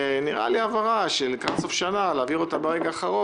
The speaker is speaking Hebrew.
נראה לי שלקראת סוף שנה, להעביר העברה